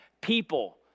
People